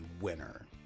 winner